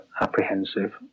apprehensive